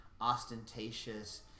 ostentatious